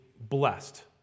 blessed